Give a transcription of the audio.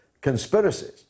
conspiracies